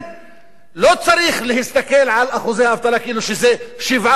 לכן לא צריך להסתכל על אחוזי האבטלה כאילו שהם 7%. זה לא 7%,